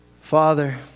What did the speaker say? Father